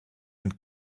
and